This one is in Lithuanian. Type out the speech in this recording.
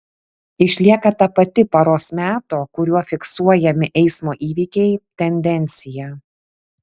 išlieka ta pati paros meto kuriuo fiksuojami eismo įvykiai tendencija